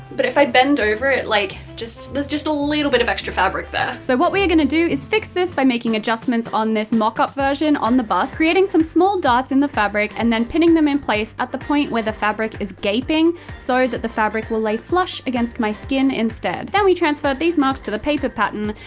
but if i bend over it, like there's just a little bit of extra fabric there. so what we are gonna do is fix this by making adjustments on this mock up version on the bust, creating some small darts in the fabric and then pinning them in place at the point where the fabric is gaping so that the fabric will lay flush against my skin instead. then we transferred these marks to the paper pattern,